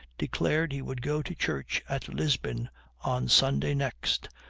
declared he would go to church at lisbon on sunday next,